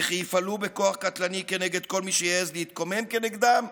וכי יפעלו בכוח קטלני כנגד כל מי שיעז להתקומם כנגדם?